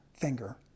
finger